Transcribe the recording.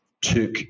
took